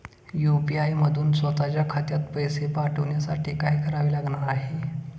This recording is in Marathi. यू.पी.आय मधून स्वत च्या खात्यात पैसे पाठवण्यासाठी काय करावे लागणार आहे?